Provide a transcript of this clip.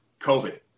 COVID